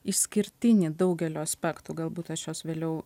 išskirtinį daugeliu aspektų galbūt aš juos vėliau